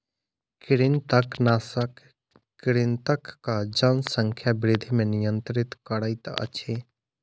कृंतकनाशक कृंतकक जनसंख्या वृद्धि के नियंत्रित करैत अछि